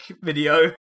video